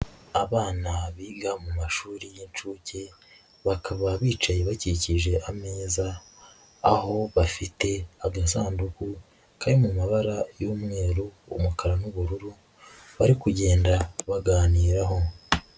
Abana biga mu mashuri y'incuke, bakaba bicaye bakikije ameza, aho bafite agasanduku kari mu mabara y'umweru umukara n'ubururu bari kugenda bakaganiraho.